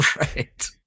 Right